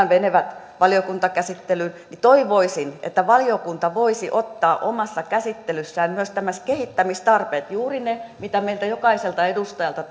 menevät valiokuntakäsittelyyn niin toivoisin että valiokunta voisi ottaa omassa käsittelyssään myös nämä kehittämistarpeet juuri ne mitä meiltä jokaiselta edustajalta